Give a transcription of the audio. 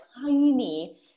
tiny